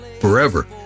forever